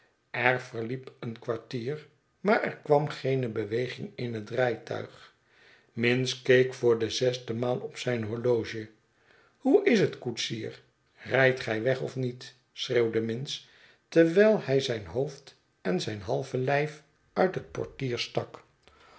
er verliep een kwartier maar er kwam geene beweging in het rijtuig minns keek voor de zesde maal op zijn horloge hoe is het koetsier rijdt gij weg of niet schreeuwde minns terwijl hij zijn hoofd en zijn halve lijf uit het portier stak